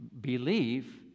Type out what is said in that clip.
believe